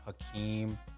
Hakeem